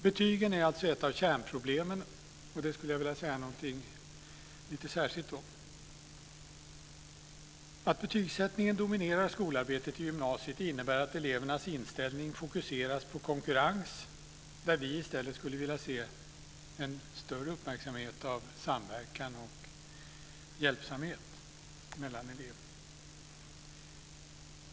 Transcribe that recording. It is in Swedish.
Betygen är alltså ett av kärnproblemen, och det skulle jag vilja säga något särskilt om. Att betygsättningen dominerar skolarbetet i gymnasiet innebär att elevernas inställning fokuseras på konkurrens där vi i stället skulle vilja se en större uppmärksamhet på samverkan och hjälpsamhet mellan eleverna.